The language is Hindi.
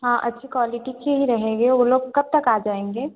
हाँ अच्छी क्वालिटी के ही रहेंगे वो लोग कब तक आ जाएंगे